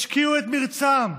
השקיעו את מרצם,